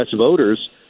voters